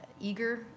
eager